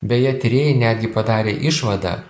beje tyrėjai netgi padarė išvadą